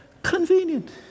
Convenient